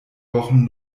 wochen